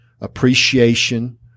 appreciation